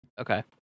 Okay